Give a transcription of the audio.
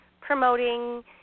promoting